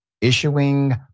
issuing